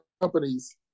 companies